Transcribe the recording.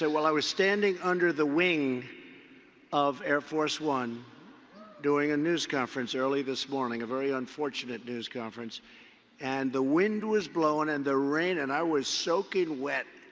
ah well, i was standing under the wing of air force one doing a news conference early this morning a very unfortunate news conference and the wind was blowing and the rain, and i was soaking wet.